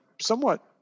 somewhat